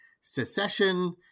secession